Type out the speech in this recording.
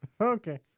Okay